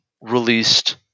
released